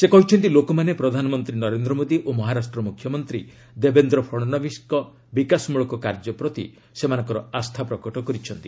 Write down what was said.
ସେ କହିଛନ୍ତି ଲୋକମାନେ ପ୍ରଧାନମନ୍ତ୍ରୀ ନରେନ୍ଦ୍ର ମୋଦୀ ଓ ମହାରାଷ୍ଟ୍ର ମ୍ରଖ୍ୟମନ୍ତ୍ରୀ ଦେବେନ୍ଦ୍ର ଫଡ଼ଶବିସଙ୍କ ବିକାଶମୂଳକ କାର୍ଯ୍ୟ ପ୍ରତି ସେମାନଙ୍କର ଆସ୍ଥା ପ୍ରକଟ କରିଛନ୍ତି